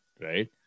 right